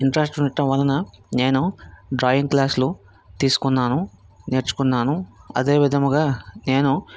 interest ఉండటం వలన నేను డ్రాయింగ్ క్లాసులు తీసుకున్నాను నేర్చుకున్నాను అదేవిధంగా నేను